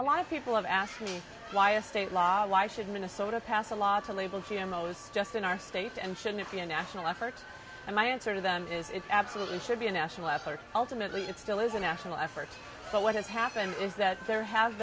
a lot of people have asked me why a state law why should minnesota pass a law to label g m o's just in our state and should it be a national effort and my answer to them is it absolutely should be a national effort ultimately it still is a national effort but what has happened is that there ha